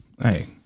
Hey